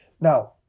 Now